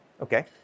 Okay